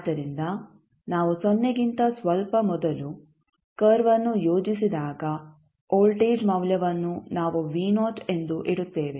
ಆದ್ದರಿಂದ ನಾವು ಸೊನ್ನೆಗಿಂತ ಸ್ವಲ್ಪ ಮೊದಲು ಕರ್ವ್ಅನ್ನು ಯೋಜಿಸಿದಾಗ ವೋಲ್ಟೇಜ್ ಮೌಲ್ಯವನ್ನು ನಾವು ಎಂದು ಇಡುತ್ತೇವೆ